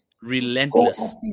relentless